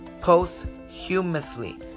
posthumously